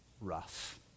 rough